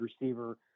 receiver